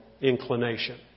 inclination